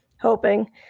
Hoping